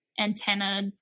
Antenna